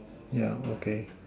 yeah okay